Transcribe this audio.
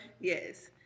yes